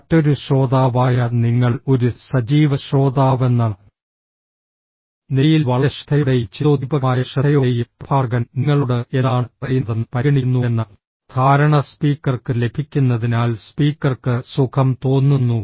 മറ്റൊരു ശ്രോതാവായ നിങ്ങൾ ഒരു സജീവ ശ്രോതാവെന്ന നിലയിൽ വളരെ ശ്രദ്ധയോടെയും ചിന്തോദ്ദീപകമായ ശ്രദ്ധയോടെയും പ്രഭാഷകൻ നിങ്ങളോട് എന്താണ് പറയുന്നതെന്ന് പരിഗണിക്കുന്നുവെന്ന ധാരണ സ്പീക്കർക്ക് ലഭിക്കുന്നതിനാൽ സ്പീക്കർക്ക് സുഖം തോന്നുന്നു